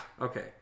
Okay